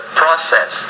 process